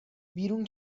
بیرون